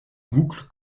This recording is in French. boucle